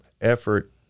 effort